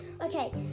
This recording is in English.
Okay